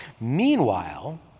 Meanwhile